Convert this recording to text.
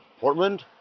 Portland